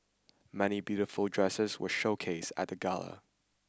many beautiful dresses were showcased at the gala